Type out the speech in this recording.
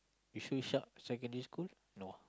Yusof-Ishak-Secondary-School no ah